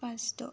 बाजिद'